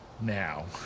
now